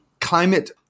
climate